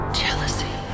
jealousy